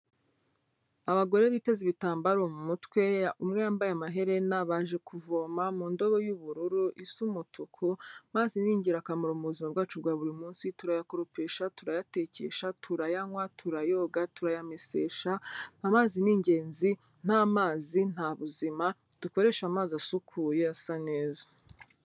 Abagore biteze ibitambaro mu mutwe umwe yambaye amaherena baje kuvoma mu ndobo y'ubururu isa umutuku, amazi ni ingirakamaro mu buzima bwacu bwa buri munsi turayakoropesha, turayatekesha, turayanywa, turayoga, turayamesesha. Amazi ni ingenzi nta mazi nta buzima, dukoresha amazi asukuye asa neza.